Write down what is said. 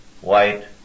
white